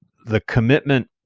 the commitment,